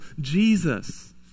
Jesus